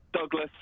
Douglas